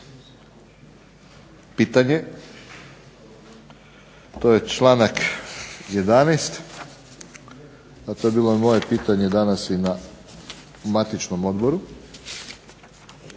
pitanje to je članak 11. a to je bilo moje pitanje danas na matičnom odboru